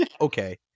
okay